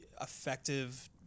effective